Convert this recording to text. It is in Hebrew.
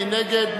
מי נגד?